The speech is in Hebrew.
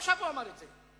עכשיו הוא אמר את זה.